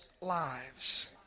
lives